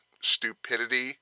Stupidity